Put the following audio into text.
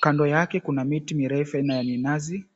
Kando yake kuna miti mirefu aina ya minazi.